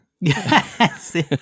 Yes